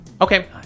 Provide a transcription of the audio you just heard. Okay